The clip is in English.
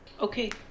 okay